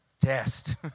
Test